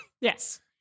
Yes